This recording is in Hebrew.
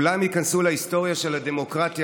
כולם ייכנסו להיסטוריה של הדמוקרטיה